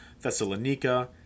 Thessalonica